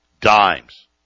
Dimes